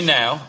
now